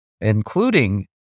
including